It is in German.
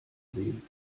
sehen